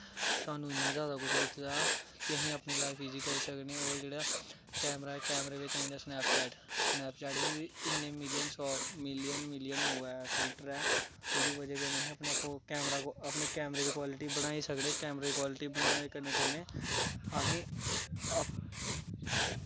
सानूं इन्ना कुछ दित्ते दा होर अस इन्ना कुछ करी सकने कैमरे बिच्च आई जंदा सनैपचैट इन्ने मिलियन फिल्टर ऐं ओह्दे कन्नै अस अपने कैमरे दी क्वालिटी बनाई सकने कैमरे दी क्वालिटी बनाने दे कन्नै कन्नै अस